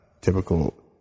typical